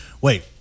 wait